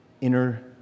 inner